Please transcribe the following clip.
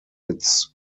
its